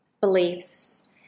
beliefs